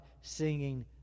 singing